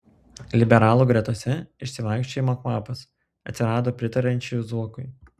liberalų gretose išsivaikščiojimo kvapas atsirado pritariančių zuokui